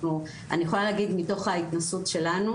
אני יכולה להגיד מתוך ההתנסות שלנו